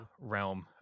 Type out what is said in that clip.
realm